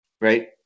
right